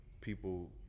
people